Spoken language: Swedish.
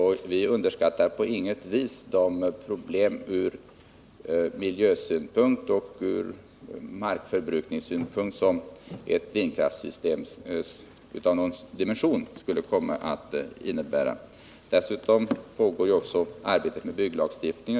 Men vi underskattar på inget vis de problem ur miljösynpunkt och markförbrukningssynpunkt som ett vindkraftssystem av någon dimension skulle komma att innebära. Dessutom pågår arbetet med bygglagstiftningen.